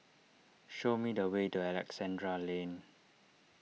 show me the way to Alexandra Lane